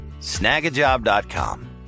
Snagajob.com